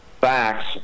facts